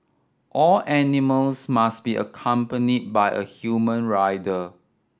all animals must be accompanied by a human rider